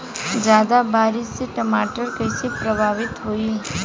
ज्यादा बारिस से टमाटर कइसे प्रभावित होयी?